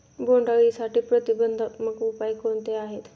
बोंडअळीसाठी प्रतिबंधात्मक उपाय कोणते आहेत?